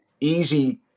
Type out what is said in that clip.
easy